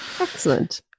excellent